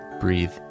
Breathe